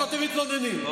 אתם מתלוננים,